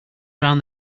drown